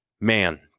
man